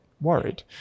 worried